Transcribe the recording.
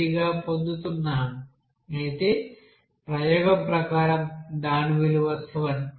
3 గా పొందుతున్నాము అయితే ప్రయోగం ప్రకారం దాని విలువ 7